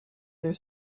their